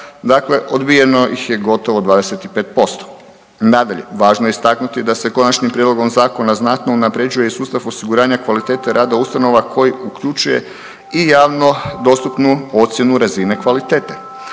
dakle odbijeno ih je gotovo 25%. Nadalje, važno je istaknuti da se Konačnim prijedlogom zakona znatno unaprjeđuje i sustav osiguranja kvalitete rada ustanova koji uključuje i javno dostupnu ocjenu razinu kvalitete.